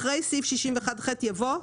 סעיף 61ח יבוא: